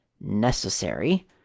necessary